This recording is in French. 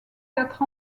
quatre